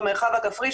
במרחב הכפרי,